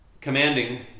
commanding